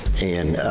and,